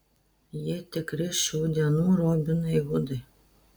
jie tikri šių dienų robinai hudai